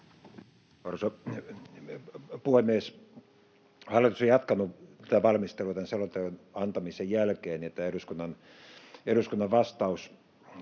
puhemies! Hallitus on jatkanut tämän valmistelua selonteon antamisen jälkeen, ja tämä eduskunnan vastaus